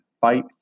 fight